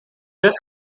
this